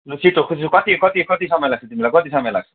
लु छिट्टो कति कति कति समय लाग्छ तिमीलाई कति समय लाग्छ